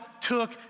took